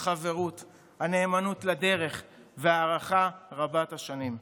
החברות, הנאמנות לדרך וההערכה רבת-השנים.